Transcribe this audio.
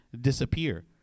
disappear